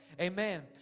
Amen